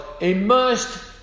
immersed